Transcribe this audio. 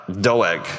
Doeg